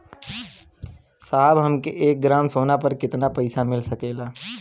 साहब हमके एक ग्रामसोना पर कितना पइसा मिल सकेला?